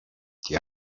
die